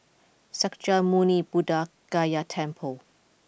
Sakya Muni Buddha Gaya Temple